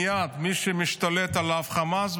מי שמשתלט עליו מייד הוא חמאס,